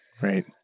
right